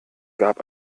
gab